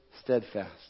steadfast